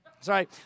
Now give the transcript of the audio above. Sorry